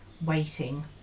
Waiting